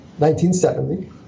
1970